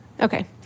Okay